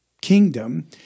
kingdom